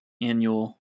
annual